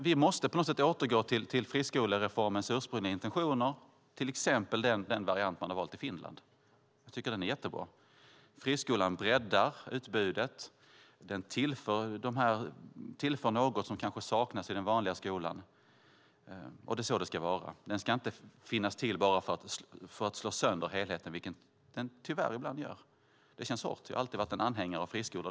Vi måste återgå till friskolereformens ursprungliga intentioner, till exempel den variant man har valt i Finland. Den är bra. Friskolan breddar utbudet. Den tillför något som kanske saknas i den vanliga skolan. Det är så det ska vara. Den ska inte finnas till bara för att slå sönder helheten, vilket den tyvärr ibland gör. Det känns hårt. Jag har alltid varit en anhängare av friskolor.